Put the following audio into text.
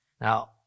Now